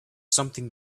something